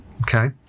okay